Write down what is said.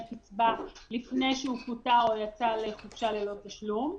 קצבה לפני שהוא פוטר או יצא לחופשה ללא תשלום.